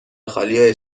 مخالی